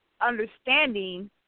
understanding